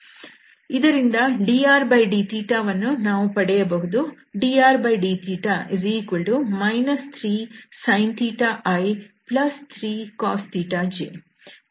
ಇದರಿಂದ drd ವನ್ನು ನಾವು ಪಡೆಯಬಹುದು drdθ 3sin i3cos j